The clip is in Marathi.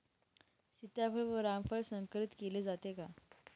सीताफळ व रामफळ संकरित केले जाते का?